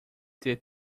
ter